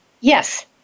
Yes